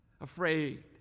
afraid